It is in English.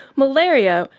malaria,